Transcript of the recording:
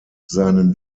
seinen